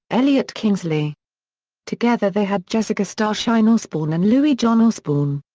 elliot kingsley together they had jessica starshine osbourne and louis john osbourne.